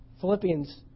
Philippians